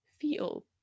feel